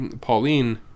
Pauline